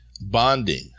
bonding